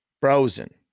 frozen